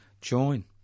join